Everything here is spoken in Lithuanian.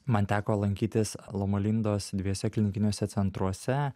man teko lankytis loma lindos dviejuose klinikiniuose centruose